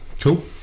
Cool